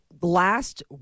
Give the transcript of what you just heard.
last